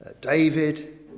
David